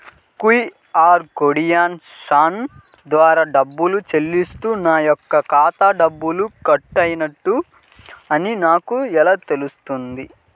QR కోడ్ని scan ద్వారా డబ్బులు చెల్లిస్తే నా యొక్క ఖాతాలో డబ్బులు కట్ అయినవి అని నాకు ఎలా తెలుస్తుంది?